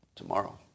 tomorrow